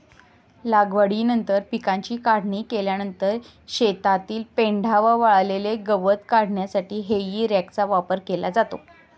लागवडीनंतर पिकाची काढणी केल्यानंतर शेतातील पेंढा व वाळलेले गवत काढण्यासाठी हेई रॅकचा वापर केला जातो